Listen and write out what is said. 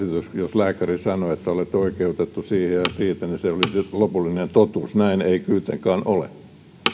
lääkäri sanoo että olet oikeutettu siihen ja siihen niin se on lopullinen totuus näin ei kuitenkaan ole